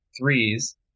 threes